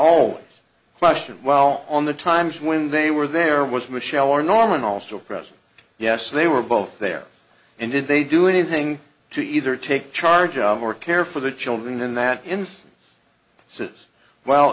while on the times when they were there was michele or norman also present yes they were both there and did they do anything to either take charge of or care for the children in that